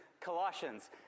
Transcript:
Colossians